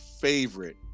favorite